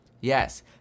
Yes